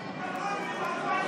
תירגע.